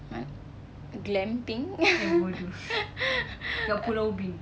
what glamping